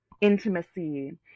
intimacy